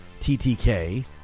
TTK